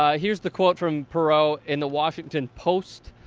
ah here's the quote from perot in the washington post